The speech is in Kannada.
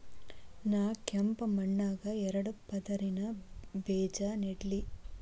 ನಾ ಕೆಂಪ್ ಮಣ್ಣಾಗ ಎರಡು ಪದರಿನ ಬೇಜಾ ನೆಡ್ಲಿ?